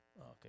Okay